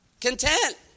Content